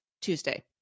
Tuesday